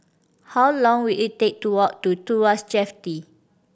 how long will it take to walk to Tuas Jetty